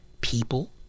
people